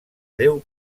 deu